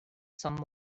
some